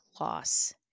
loss